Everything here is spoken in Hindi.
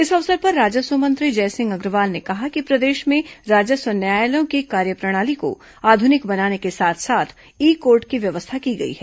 इस अवसर पर राजस्व मंत्री जयसिंह अग्रवाल ने कहा कि प्रदेश में राजस्व न्यायालयों की कार्यप्रणाली को आधुनिक बनाने को साथ साथ ई कोर्ट की व्यवस्था की गई है